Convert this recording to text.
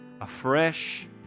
afresh